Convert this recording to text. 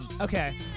Okay